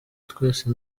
twese